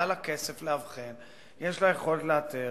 היה לה כסף לאבחן, יש לה יכולת לאתר,